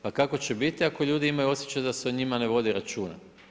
Pa kako će biti ako ljudi imaju osjećaj da se o njima ne vodi računa?